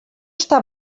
està